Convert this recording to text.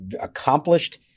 Accomplished